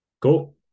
Cool